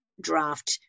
draft